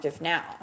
now